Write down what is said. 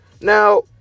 Now